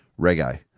Reggae